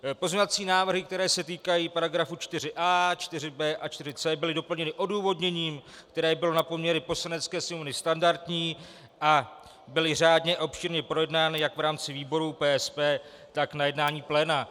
Pozměňovací návrhy, které se týkají § 4a, 4b a 4c, byly doplněny odůvodněním, které bylo na poměry Poslanecké sněmovny standardní, a byly řádně a obšírně projednány jak v rámci výborů PSP, tak na jednání pléna.